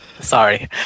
Sorry